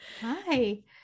hi